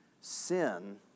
sin